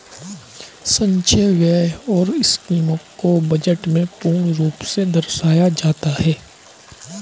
संचय व्यय और स्कीमों को बजट में पूर्ण रूप से दर्शाया जाता है